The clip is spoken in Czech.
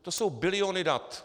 To jsou biliony dat!